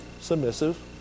submissive